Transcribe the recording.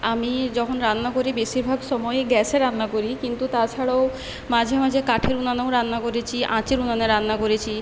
আমি যখন রান্না করি বেশিরভাগ সময়ে গ্যাসে রান্না করি কিন্তু তাছাড়াও মাঝে মাঝে কাঠের উনানেও রান্না করেছি আঁচের উনানে রান্না করেছি